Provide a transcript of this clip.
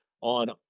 on